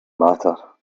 matter